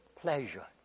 pleasure